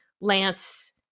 Lance